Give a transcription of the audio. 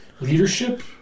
Leadership